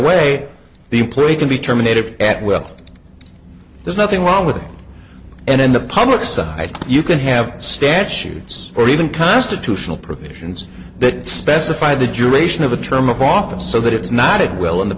way the employee can be terminated at will there's nothing wrong with it and in the public side you can have statutes or even constitutional provisions that specify the duration of a term of office so that it's not a well in the